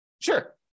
Sure